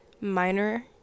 minor